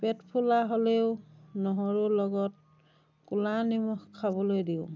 পেটফুলা হ'লেও নহৰুৰ লগত ক'লা নিমখ খাবলৈ দিওঁ